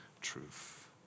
truth